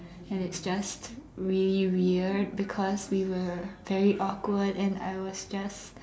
and it's just really weird because we were very awkward and I was just